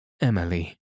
Emily